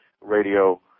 radio